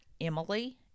emily